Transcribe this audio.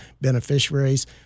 beneficiaries